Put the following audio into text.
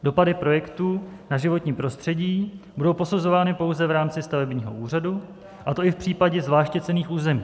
Dopady projektů na životní prostředí budou posuzovány pouze v rámci stavebního úřadu, a to i v případě zvláště cenných území.